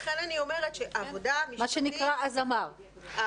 מה שנקרא, אז אמר.